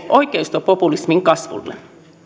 oikeistopopulismin kasvulle